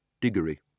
Diggory